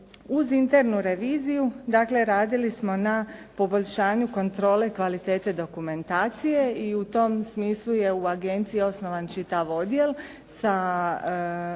Uz internu reviziju dakle radili smo na poboljšanju kontrole kvalitete dokumentacije i u tom smislu je u agenciji osnovan čitav odjel sa